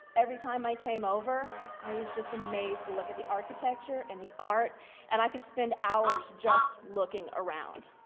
every time i came over, i was just amazed to look at the architecture and the art and i can spend hours just looking around.